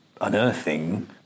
unearthing